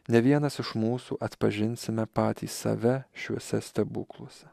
ne vienas iš mūsų atpažinsime patys save šiuose stebukluose